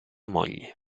moglie